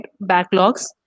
backlogs